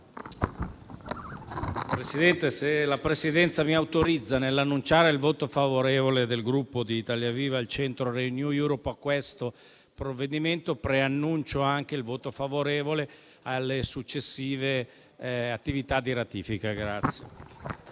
Presidente, se la Presidenza mi autorizza, nell'annunciare il voto favorevole del Gruppo Italia Viva-Il Centro-Renew Europe a questo provvedimento, preannuncio anche il voto favorevole ai successivi provvedimenti di ratifica.